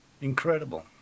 Incredible